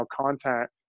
content